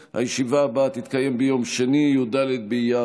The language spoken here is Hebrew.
טייב, אבוטבול,